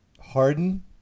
Harden